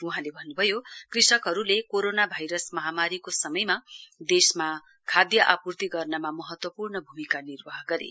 वहाँले भन्नुभयो कृषकहरूले कोरोना भाइरस महामारीको समयमा देशमा खाध आपूर्ति गर्नमा महात्वपूर्ण भूमिका निर्वाह गरे